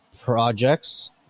projects